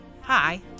Hi